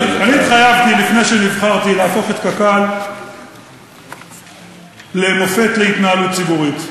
התחייבתי לפני שנבחרתי להפוך את קק"ל למופת להתנהלות ציבורית,